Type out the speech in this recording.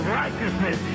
righteousness